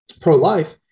pro-life